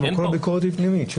אבל כל הביקורת היא פנימית.